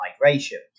migration